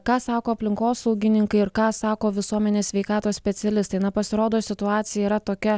ką sako aplinkosaugininkai ir ką sako visuomenės sveikatos specialistai na pasirodo situacija yra tokia